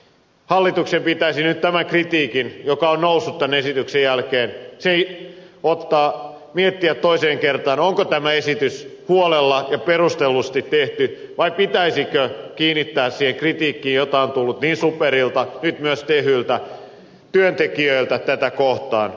hallituksen pitäisi nyt tämän kritiikin tuloksena joka on noussut tämän esityksen jälkeen miettiä toiseen kertaan onko tämä esitys huolella ja perustellusti tehty vai pitäisikö kiinnittää huomiota siihen kritiikkiin jota on tullut niin superilta kuin nyt myös tehyltä sekä työntekijöiltä tätä kohtaan